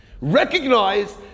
recognize